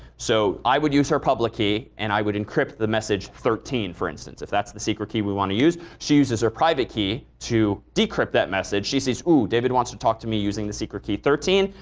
so i would use her public key and i would encrypt the message thirteen, for instance, if that's the secret key we want to use. she uses her private key to decrypt that message. she says, oh, david wants to talk to me using the secret key thirteen,